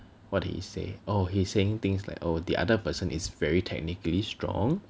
what did he say oh he's saying things like oh the other person is very technically strong